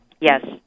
Yes